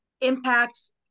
impacts